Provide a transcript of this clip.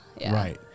Right